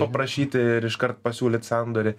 paprašyti ir iškart pasiūlyt sandorį